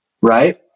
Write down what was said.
right